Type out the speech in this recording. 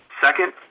Second